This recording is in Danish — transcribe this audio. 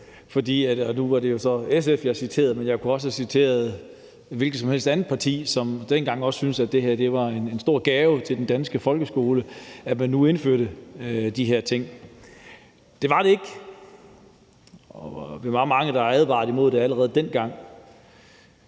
nu var det jo så SF, jeg citerede, men jeg kunne have citeret et hvilket som helst andet parti, som dengang også syntes, at det var en stor gave til den danske folkeskole, at man nu indførte de her ting. Det var det ikke, og vi var mange, der advarede imod det allerede dengang,